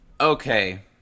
okay